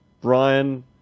brian